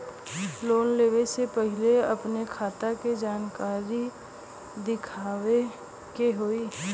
Loan लेवे से पहिले अपने खाता के जानकारी दिखावे के होई?